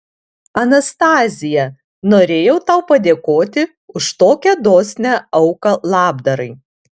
anastazija norėjau tau padėkoti už tokią dosnią auką labdarai